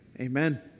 Amen